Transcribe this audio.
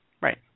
Right